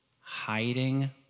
hiding